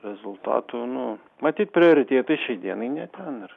rezultatų nu matyt prioritėtai šiai dienai ne ten yra